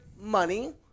money